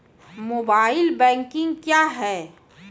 Mobile banking क्या हैं?